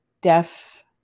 deaf